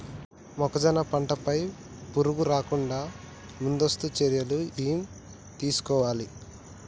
మొక్కజొన్న పంట పై పురుగు రాకుండా ముందస్తు చర్యలు ఏం తీసుకోవాలి?